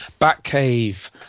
Batcave